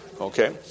okay